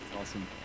Awesome